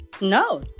no